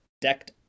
decked